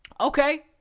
Okay